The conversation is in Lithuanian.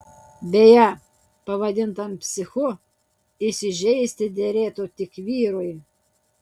beje pavadintam psichu įsižeisti derėtų tik vyrui